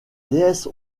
déesse